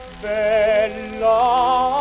bella